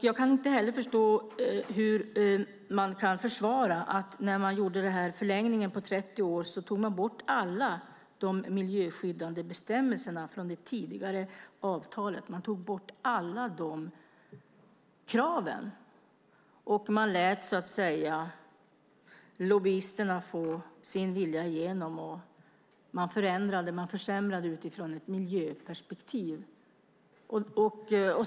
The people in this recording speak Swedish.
Jag kan inte heller förstå hur man kan försvara att man när man gjorde förlängningen på 30 år tog bort alla miljöskyddande bestämmelser från det tidigare avtalet. Man tog bort alla dessa krav och lät lobbyisterna få sin vilja igenom, och man försämrade utifrån ett miljöperspektiv.